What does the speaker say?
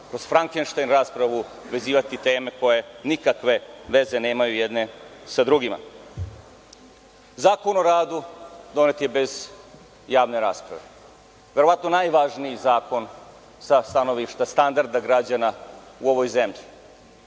kroz Frankenštajn raspravu vezivati teme koje nikakve veze nemaju jedne sa drugima. Zakon o radu donet je bez javne rasprave, verovatno najvažniji zakon sa stanovišta standarda građana u ovoj zemlji.